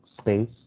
space